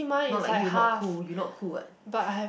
not like you not cool you not cool [what]